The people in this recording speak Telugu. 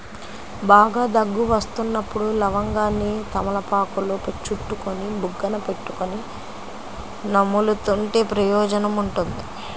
బాగా దగ్గు వస్తున్నప్పుడు లవంగాన్ని తమలపాకులో చుట్టుకొని బుగ్గన పెట్టుకొని నములుతుంటే ప్రయోజనం ఉంటుంది